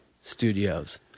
studios